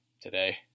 today